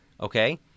Okay